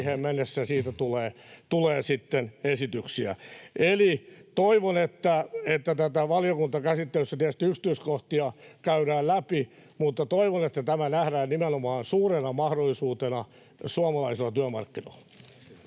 mennessä siitä tulee sitten esityksiä. Eli toivon, että valiokuntakäsittelyssä tietysti yksityiskohtia käydään läpi, mutta toivon, että tämä nähdään nimenomaan suurena mahdollisuutena suomalaisilla työmarkkinoilla.